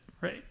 Right